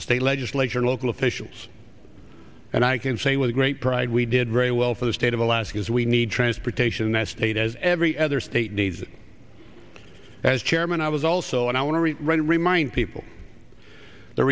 state legislature and local officials and i can say with great pride we did very well for the state of alaska is we need transportation that state as every other state needs as chairman i was also and i want to read and remind people the